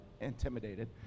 intimidated